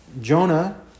Jonah